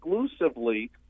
exclusively